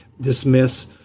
dismiss